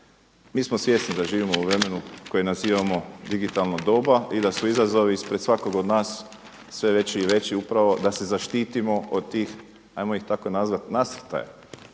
Mi smo svjesni da živimo u vremenu koje nazivamo digitalno doba i da su izazovi ispred svakog od nas sve veći i veći upravo da se zaštitimo od tih ajmo ih tako nazvat, nasrtaja